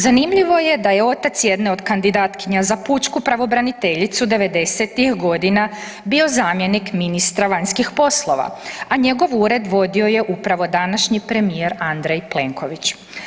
Zanimljivo je da je otac jedne od kandidatkinja za pučku pravobraniteljicu '90.-tih godina bio zamjenik ministra vanjskih poslova, a njegov ured vodio je upravo današnji premijer Andrej Plenković.